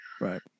right